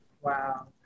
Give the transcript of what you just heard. Wow